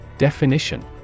Definition